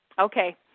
Okay